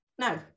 No